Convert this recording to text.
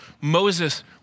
Moses